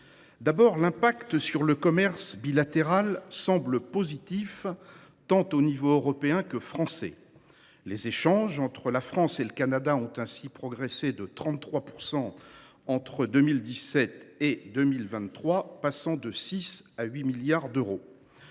D’abord, l’impact sur le commerce bilatéral semble positif, à l’échelon tant européen que français. Les échanges entre la France et le Canada ont ainsi progressé de 33 % entre 2017 et 2023, passant de 6 à 8 milliards d’euros.